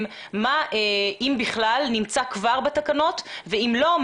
השאלה אם זה כבר בתקנות ואם לא,